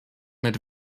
mit